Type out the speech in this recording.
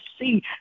see